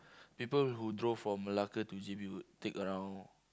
people who drove from Malacca to J_B would take around